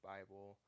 Bible